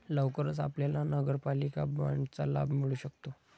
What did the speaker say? लवकरच आपल्याला नगरपालिका बाँडचा लाभ मिळू शकतो